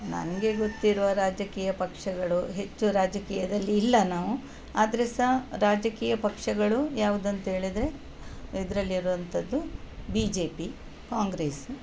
ನನಗೆ ಗೊತ್ತಿರುವ ರಾಜಕೀಯ ಪಕ್ಷಗಳು ಹೆಚ್ಚು ರಾಜಕೀಯದಲ್ಲಿ ಇಲ್ಲ ನಾವು ಆದರೆ ಸಹ ರಾಜಕೀಯ ಪಕ್ಷಗಳು ಯಾವುದಂತೇಳಿದರೆ ಇದರಲ್ಲಿರುವಂಥದ್ದು ಬಿ ಜೆ ಪಿ ಕಾಂಗ್ರೇಸು